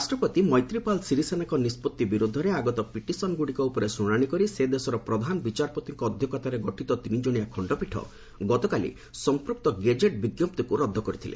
ରାଷ୍ଟ୍ରପତି ମୈତ୍ରୀପାଲ୍ ସିରିସେନାଙ୍କ ନିଷ୍ପଭି ବିରୁଦ୍ଧରେ ଆଗତ ପିଟିସନ୍ଗୁଡ଼ିକ ଉପରେ ଶୁଶାଣୀ କରି ସେ ଦେଶର ପ୍ରଧାନ ବିଚାରପତିଙ୍କ ଅଧ୍ୟକ୍ଷତାରେ ଗଠିତ ତିନିଜଣିଆ ଖଣ୍ଡପୀଠ ଗତକାଲି ସମ୍ପୃକ୍ତ ଗେଜେଟ୍ ବିଞ୍ଜପ୍ତିକୁ ରଦ୍ଦ କରିଥିଲେ